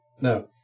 No